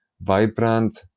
vibrant